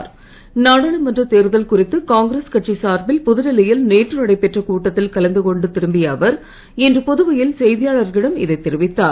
வருவதாக நாடாளுமன்ற தேர்தல் குறித்து காங்கிரஸ் கட்சி சார்பில் புதுடில்லி யில் நேற்று நடைபெற்ற கூட்டத்தில் கலந்துகொண்டு திரும்பிய அவர் இன்று புதுவையில் செய்தியாளர்களிடம் இதைத் தெரிவித்தார்